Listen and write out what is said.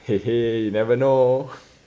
!hey! !hey! you never know